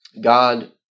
God